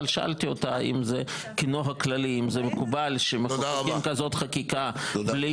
אבל שאלתי אותה כנוהג כללי אם זה מקובל שמחוקקים כזאת חקיקה בלי